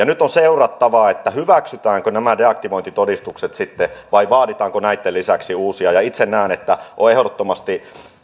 nyt on seurattava hyväksytäänkö deaktivointitodistukset sitten vai vaaditaanko näitten lisäksi uusia itse näen että